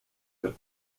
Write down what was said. per